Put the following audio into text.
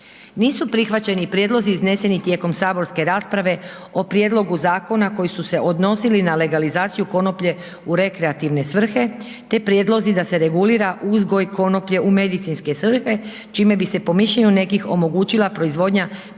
Nisu prihvaćeni prijedlozi izneseni tijekom saborske rasprave o prijedlogu zakona koji su se odnosili na legalizaciju konoplje u rekreativne svrhe te prijedlozi da se regulira uzgoj konoplje u medicinske svrhe čime bi se po mišljenju nekih omogućila proizvodnja pripravaka